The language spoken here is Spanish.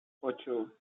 ocho